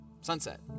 sunset